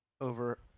over